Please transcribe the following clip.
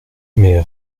mes